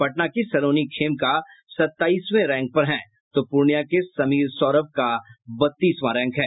पटना की सलोनी खेमका सत्ताईसवें रैंक पर हैं तो पूर्णिया के समीर सौरभ का बत्तीसवां रैंक है